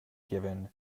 given